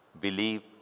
believe